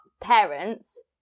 parents